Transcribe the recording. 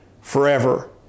forever